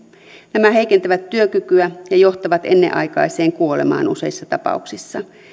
nämä heikentävät työkykyä ja johtavat ennenaikaiseen kuolemaan useissa tapauksissa